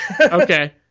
Okay